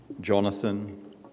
Jonathan